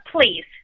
please